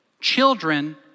children